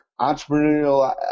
entrepreneurial